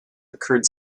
occurred